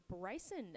Bryson